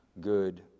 good